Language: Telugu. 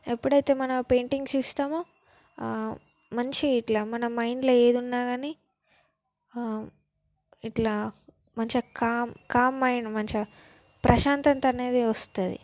ఎప్పుడైతే మనం పెయిటింగ్స్ ఇస్తామో మంచి ఇట్లా మన మైండ్లో ఏదున్నా కానీ ఇట్లా మంచిగా కామ్ కామ్ అయిన మంచిగా ప్రశాంతత అనేది వస్తుంది